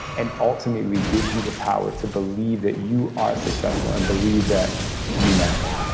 and ultimately gives you the power to believe that you are successful and believe that you matter